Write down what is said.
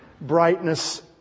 brightness